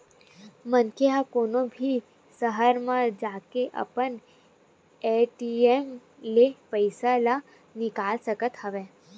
मनखे ह कोनो भी सहर म जाके अपन ए.टी.एम ले पइसा ल निकाल सकत हवय